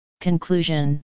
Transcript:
Conclusion